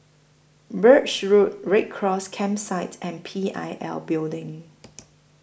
Birch Road Red Cross Campsite and P I L Building